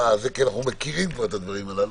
כי אנחנו כבר מכירים את הדברים הללו,